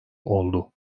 oldu